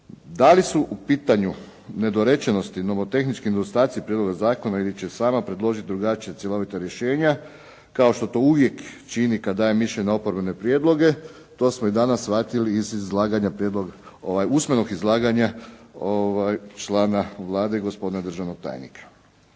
Da li su u pitanju nedorečenosti, nomotehnički nedostaci prijedloga zakona ili će sam predložiti drugačije cjelovita rješenja kao što to uvijek čini kada daje mišljenje na oporbene prijedloge, to smo i danas shvatili iz usmenog izlaganja člana Vlade i gospodina državnog tajnika.